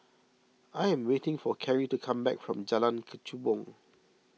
I am waiting for Karrie to come back from Jalan Kechubong